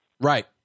right